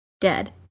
dead